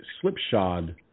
slipshod